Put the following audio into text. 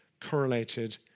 correlated